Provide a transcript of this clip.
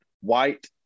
white